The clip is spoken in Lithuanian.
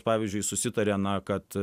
pavyzdžiui susitaria na kad